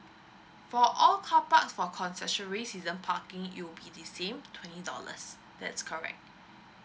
for all car parks for concessionary season parking it would be the same twenty dollars that's correct